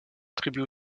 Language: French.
attribue